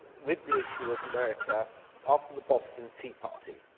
with the issue of america after the boston tea party.